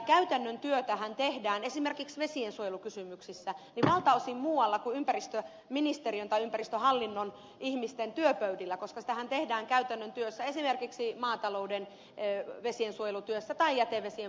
käytännön työtähän tehdään esimerkiksi vesiensuojelukysymyksissä valtaosin muualla kuin ympäristöministeriön tai ympäristöhallinnon ihmisten työpöydillä koska sitähän tehdään käytännön työssä esimerkiksi maatalouden vesiensuojelutyössä tai jätevesien puhdistuksessa